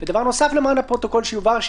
דבר נוסף למען הפרוטוקול שיובהר,